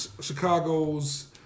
Chicago's